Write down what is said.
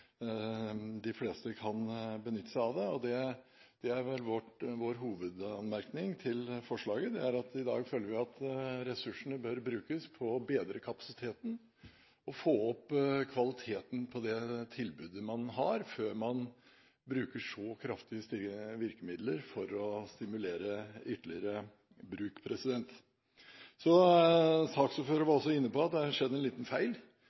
de fleste kan benytte seg av den. Vår hovedanmerkning til forslaget er at vi i dag føler at ressursene bør brukes på å bedre kapasiteten og få opp kvaliteten på det tilbudet man har, før man bruker så kraftige virkemidler for å stimulere til ytterligere bruk. Saksordføreren var også inne på at det er en liten feil